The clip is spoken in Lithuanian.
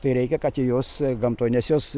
tai reikia kad jos gamtoj nes jos